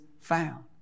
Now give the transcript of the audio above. found